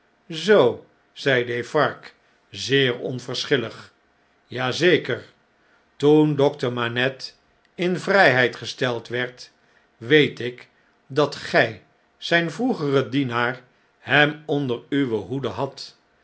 zoo zei defarge zeer onverschillig j a zeker i toen dokter manette in vrijheid gesteld werd weet ik dat gy zjjn vroegere dienaar hem onder uwe hoede hadt